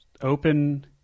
open